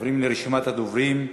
עוברים לרשימת הדוברים.